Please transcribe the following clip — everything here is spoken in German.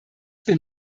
bin